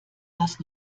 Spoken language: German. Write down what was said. was